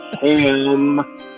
Ham